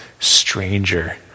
Stranger